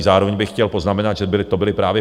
Zároveň bych chtěl poznamenat, že to byli právě